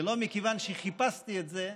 ולא מכיוון שחיפשתי את זה,